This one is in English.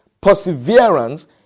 perseverance